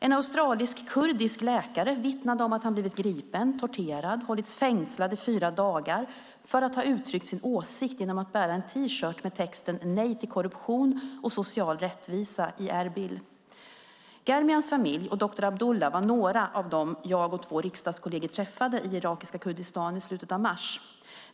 En australisk-kurdisk läkare vittnade om att han blivit gripen, torterad och hållits fängslad i fyra dagar för att ha uttryckt sin åsikt genom att bära en T-shirt med texten "Nej till korruption" och "Social rättvisa i Erbil". Germians familj och doktor Abdullah var några av dem jag och två riksdagskolleger träffade i irakiska Kurdistan i slutet av mars.